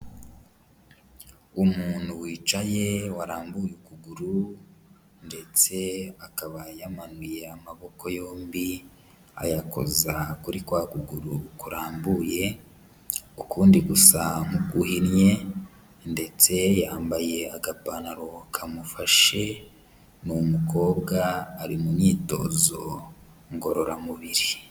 Umuntu wicaye warambuye ukuguru ndetse akaba yamanuye amaboko yombi ayakoza kuri kwa kuguru kurambuye, ukundi gusa nk'uguhinnye ndetse yambaye agapantaro kamufashe, ni umukobwa ari mu myitozo ngororamubiri.